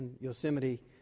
Yosemite